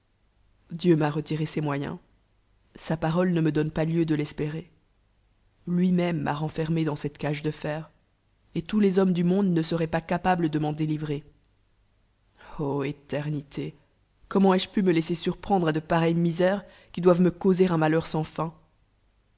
dieu m'a retiré ses moyens sa parole ne me donne pas iieu de l'espérer lui-même m'a renfernl é dans cette cage de fer et tous les hommes do monde ne ieroieol pas capables de m'en délivrer ô éternité comment ai-je pu me laisser surprendre à de pareilles misères qui doiveui me causer un malheur sans fin